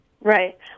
Right